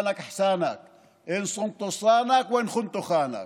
(אומר בערבית ומתרגם:)